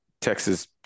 Texas